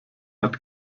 hat